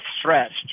stretched